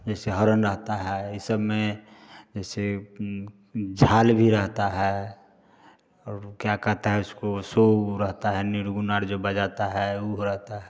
जैसे हरन रहता है ये सब में जैसे झाल भी रहता है और क्या कहता है उसको सो रहता है निर्गुण और जो बजाता है उ हो रहता है